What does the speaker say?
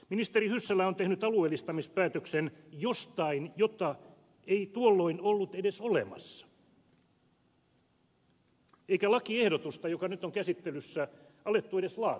ministeri hyssälä on tehnyt alueellistamispäätöksen jostain jota ei tuolloin ollut edes olemassa eikä lakiehdotusta joka nyt on käsittelyssä alettu edes laatia vielä silloin